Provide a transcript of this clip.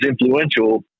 influential